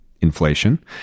inflation